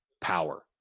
power